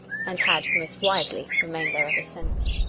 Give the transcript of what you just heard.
and had, most wisely, remained there ever since.